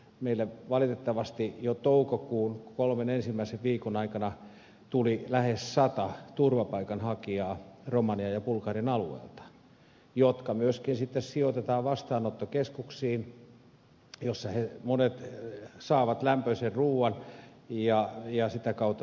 meillä valitettavasti jo toukokuun kolmen ensimmäisen viikon aikana tuli romanian ja bulgarian alueilta lähes sata turvapaikanhakijaa jotka myöskin sitten sijoitetaan vastaanottokeskuksiin joissa he monet saavat lämpöisen ruoan ja sitä kautta toimeentulotuen